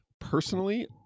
personally